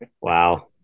Wow